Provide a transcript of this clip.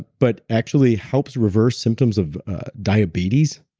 but actually helps reverse symptoms of diabetes.